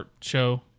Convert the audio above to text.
show